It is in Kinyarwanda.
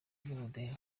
by’ubudehe